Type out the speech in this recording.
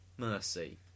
mercy